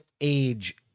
age